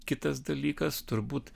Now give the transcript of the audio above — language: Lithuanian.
kitas dalykas turbūt